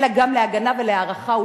אלא גם להגנה ולהערכה,